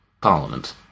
Parliament